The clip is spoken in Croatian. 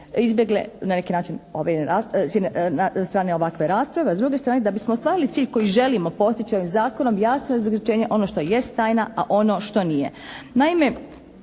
izbjegle na neki način, s jedne strane ovakve rasprave, a s druge strane da bismo ostvarili cilj koji želimo postići ovim Zakonom jasno …/Govornik se ne razumije./… ono što jest tajna, a ono što nije.